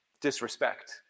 disrespect